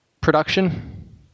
Production